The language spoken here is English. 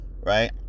right